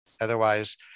otherwise